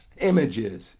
Images